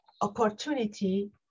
opportunity